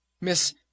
Miss